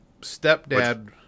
stepdad